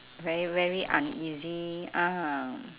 very very uneasy ah